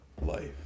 life